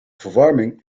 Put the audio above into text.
verwarming